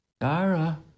Dara